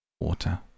Water